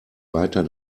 weiter